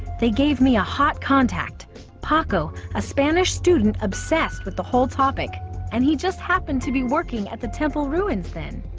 they gave me a hot contact kako a spanish student obsessed with the whole topic and he just happened to be working at the temple ruins in